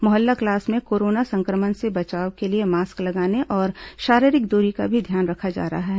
मोहल्ला क्लास में कोरोना संक्रमण से बचाव के लिए मास्क लगाने और शारीरिक दूरी का भी ध्यान रखा जा रहा है